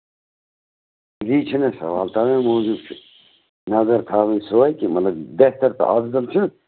یی چھُنا سَوال تَمے موٗجوٗب چھُس نَظر تھاوٕنۍ سۅے کہِ مطلب بہتر تہٕ اَفضل چھُ